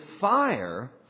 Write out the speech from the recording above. fire